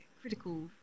critical